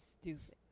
stupid